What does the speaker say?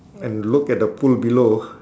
and look at the pool below